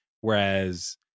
whereas